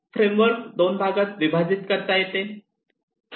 framework दोन भागात विभाजित करता येते